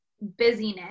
busyness